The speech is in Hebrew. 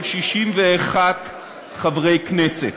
של 61 חברי כנסת.